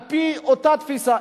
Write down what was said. על-פי אותה תפיסה?